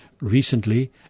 Recently